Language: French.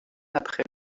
après